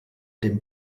dem